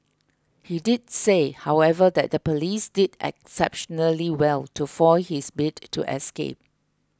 he did say however that the police did exceptionally well to foil his bid to escape